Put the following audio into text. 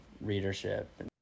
readership